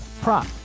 prop